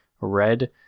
Red